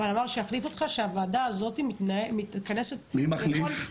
אבל תגיד לו שהוועדה הזאת מתכנסת --- מי מחליף אותך?